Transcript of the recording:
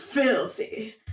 Filthy